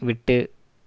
விட்டு